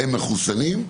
הם מחוסנים.